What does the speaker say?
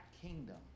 kingdom